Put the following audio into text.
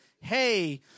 hey